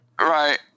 Right